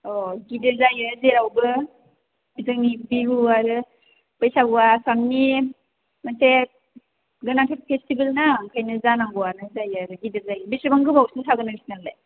अ गिदिर जायो जेरावबो जोंनि बिहु आरो बैसागुआ आसामनि मोनसे गोनांथार फेस्टिभेल ना ओंखायनो जानांगौआनो जायो आरो गिदिर जायो बेसेबां गोबावसिम थागोन नोंसोरनालाय